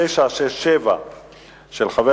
פנים ביום י"ג בסיוון התש"ע (26 במאי